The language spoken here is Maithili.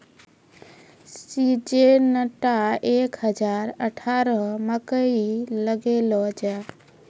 सिजेनटा एक हजार अठारह मकई लगैलो जाय?